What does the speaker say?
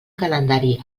calendari